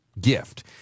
gift